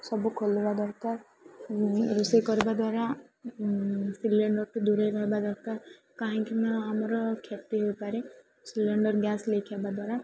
ସବୁ ଖୋଲିବା ଦରକାର ରୋଷେଇ କରିବା ଦ୍ୱାରା ସିଲିଣ୍ଡରଠୁ ଦୂରେଇ ରହିବା ଦରକାର କାହିଁକି ନା ଆମର କ୍ଷତି ହୋଇପାରେ ସିଲିଣ୍ଡର ଗ୍ୟାସ୍ ଲିକ୍ ହେବା ଦ୍ୱାରା